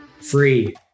free